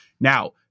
Now